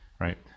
right